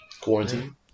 Quarantine